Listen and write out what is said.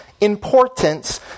importance